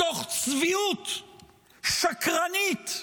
מתוך צביעות שקרנית,